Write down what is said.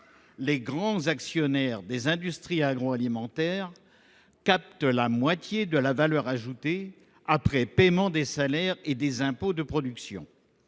les grands actionnaires des industries agroalimentaires captent la moitié de la valeur ajoutée, après paiement des salaires et des impôts de production.